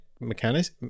mechanics